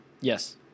Yes